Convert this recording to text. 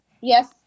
yes